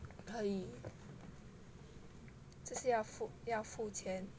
可以这是要付要付钱